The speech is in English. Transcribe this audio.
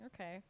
okay